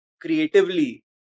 Creatively